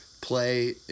play